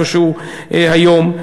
איפשהו היום,